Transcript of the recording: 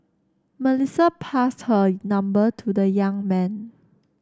Melissa passed her number to the young man